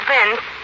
Vince